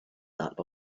that